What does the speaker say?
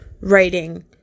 writing